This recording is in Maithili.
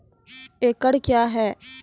एकड कया हैं?